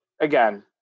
again